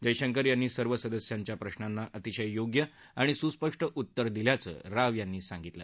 जयशंकर यांनी सर्व सदस्यांच्या प्रशांना अतिशय योग्य अशी आणि सुस्पष्ट उत्तरं दिल्याचं राव यांनी सांगितलं